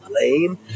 lame